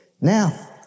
Now